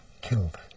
killed